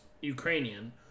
Ukrainian